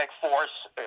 force